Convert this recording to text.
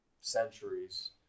centuries